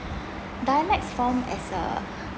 dialects form as a